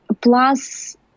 Plus